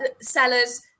Sellers